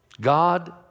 God